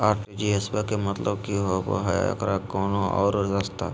RTGS बा के मतलब कि होबे हय आ एकर कोनो और रस्ता?